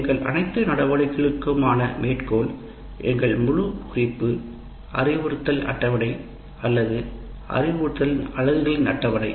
எங்கள் அனைத்து நடவடிக்கைகளுக்கான மேற்கோள் எங்கள் முழு குறிப்பு அறிவுறுத்தல் அட்டவணை அல்லது அறிவுறுத்தல் அலகுகளின் அட்டவணை